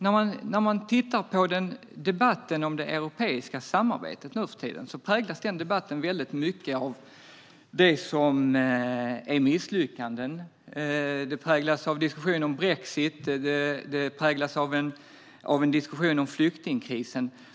När man lyssnar på debatten om det europeiska samarbetet nu för tiden märker man att den i hög grad präglas av det som är misslyckanden. Den präglas av diskussionen om brexit och om flyktingkrisen.